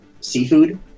seafood